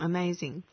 Amazing